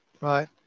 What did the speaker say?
right